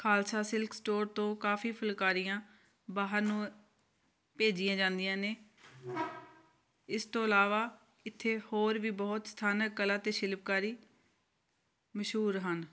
Khalsa silk store ਤੋਂ ਕਾਫ਼ੀ ਫੁਲਕਾਰੀਆਂ ਬਾਹਰ ਨੂੰ ਭੇਜੀਆਂ ਜਾਂਦੀਆਂ ਨੇ ਇਸ ਤੋਂ ਇਲਾਵਾ ਇੱਥੇ ਹੋਰ ਵੀ ਬਹੁਤ ਸਥਾਨਕ ਕਲਾ ਅਤੇ ਸ਼ਿਲਪਕਾਰੀ ਮਸ਼ਹੂਰ ਹਨ